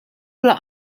bla